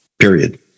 Period